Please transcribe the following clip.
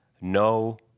no